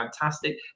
fantastic